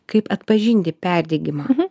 kaip atpažinti perdegimą